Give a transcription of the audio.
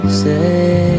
say